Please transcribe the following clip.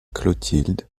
clotilde